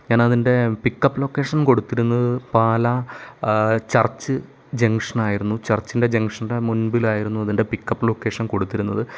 ഞാനതിന്റെ pickup location കൊടുത്തിരുന്നത് Pala church ജംഗ്ഷനായിരുന്നു ചർച്ചിൻ്റെ ജംഗ്ഷൻ്റെ മുൻപിലായിരുന്നു അതിൻ്റെ പിക്കപ്പ് ലൊക്കേഷൻ കൊടുത്തിരുന്നത്